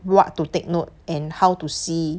what to take note and how to see